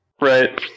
Right